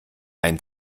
ein